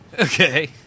Okay